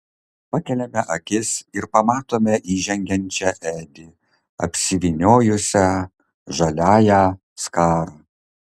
pakeliame akis ir pamatome įžengiančią edi apsivyniojusią žaliąją skarą